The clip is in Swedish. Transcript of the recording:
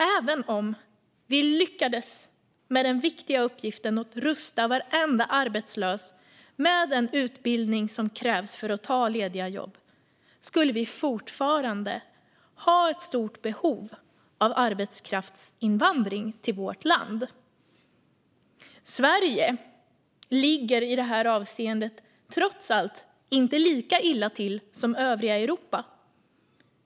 Även om vi lyckades med den viktiga uppgiften att rusta varenda arbetslös med den utbildning som krävs för att ta lediga jobb skulle vi fortfarande ha stort behov av arbetskraftsinvandring till vårt land. Sverige ligger i det här avseendet trots allt inte lika illa till som övriga Europa.